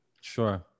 Sure